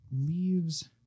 leaves